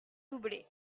doublé